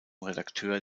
redakteur